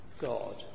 God